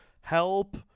help